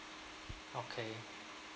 okay